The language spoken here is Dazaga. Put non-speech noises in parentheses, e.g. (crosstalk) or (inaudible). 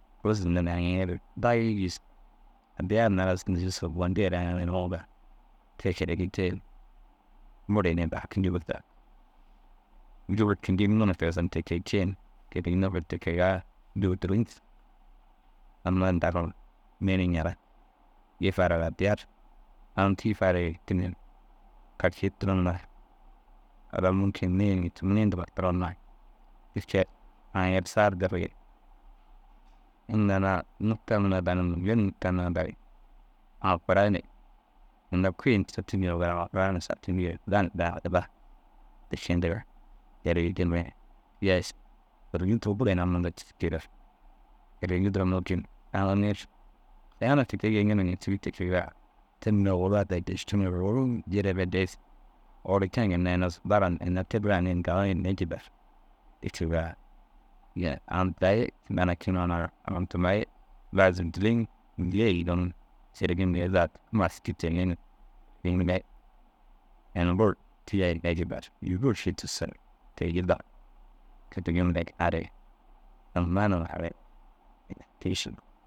Rôzi nani hanŋiir dagi gis addiyar na halas mîšil nusure bondi re aŋ aŋire ûŋuŋa te kêrigi te bur in daa jûhud. Jûhud kinjir ina tigisin te kee ciin. Kêrigi nefer te kega (unintelligible) amma ni dagum mire ni ñarag. Gii farar addiyar amuki farar yertime, karcee turon na halas munkin niĩ niĩ duma turon na te kee. Aŋ aŋiri saa dirigi indaa na nukta hunaa daa nuŋi, mire nukta nûwa daa yîgi. Amma kûra- i ni ninda kûi ini tira tidima « amma guray ni šaha » jindigi ni (unintelligible) kêrigi te mire kijaaši. Kêrigi nduroo bur ina munda cikii. Kêrigi duro nuu (hesitation) te mire oworu addi ra deef cînoo, oworu jirere dêif oworu ciŋa ginna ina zunda ra ina tura daa bur galayinne jillar. Te kega jiire aŋ tira i ganaknoo na aŋ tûmay zalim dûley (unintelligible) kêrigi mire za maski kui cêg in mire in bur kijaa hinne jillar bur ši tussu ru te jillar. Kêrigi mire a re aŋ naana haran. (unintelligible)